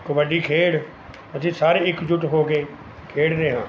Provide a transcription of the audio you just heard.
ਕਬੱਡੀ ਖੇਡ ਅਸੀਂ ਸਾਰੇ ਇੱਕਜੁੱਟ ਹੋ ਕੇ ਖੇਡਦੇ ਹਾਂ